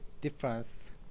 difference